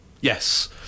Yes